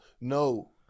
No